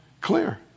clear